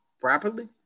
properly